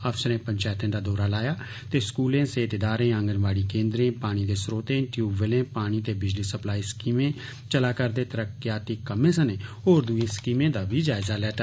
अफसरें पंचैतें दा दौरा लाया ते स्कूलें सेहत इदारें आंगनवाड़ी केन्द्रें पानी दे स्रोतें ट्यूब बैलें पानी ते बिजली सप्लाई स्कीमें चला करदे तरकेयाती कम्में सने होर दूईएं स्कीमें दा बी जायजा लैता